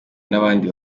n’abandi